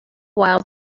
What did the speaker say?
while